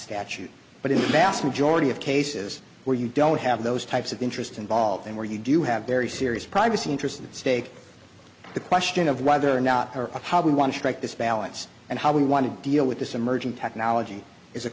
statute but in the vast majority of cases where you don't have those types of interests involved and where you do have very serious privacy interests at stake the question of whether or not or how we want to strike this balance and how we want to deal with this emerging technology is a